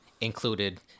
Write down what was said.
included